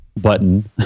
button